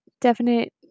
definite